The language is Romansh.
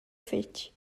fetg